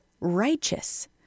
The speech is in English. righteous